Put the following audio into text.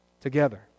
Together